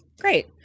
Great